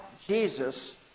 Jesus